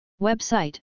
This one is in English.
Website